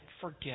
forget